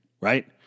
right